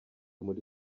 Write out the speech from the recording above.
muri